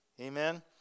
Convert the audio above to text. amen